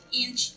inch